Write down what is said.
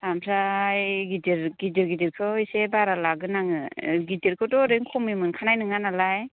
ओमफ्राय गिदिर गिदिर गिदिरखौ एसे बारा लागोन आङो गिदिरखौथ' ओरैनो खमनि मोनखानाय नङा नालाय